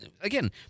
again